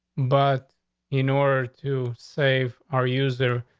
but in order to save our user,